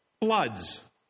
floods